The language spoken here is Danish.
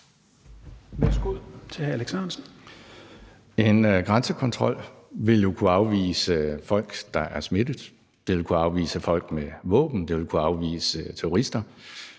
En grænsekontrol vil jo kunne afvise folk, der er smittet, den vil kunne afvise folk med våben, den vil kunne afvise terrorister,